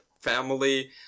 family